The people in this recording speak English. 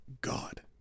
God